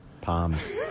Palms